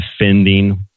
defending